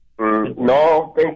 No